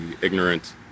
ignorant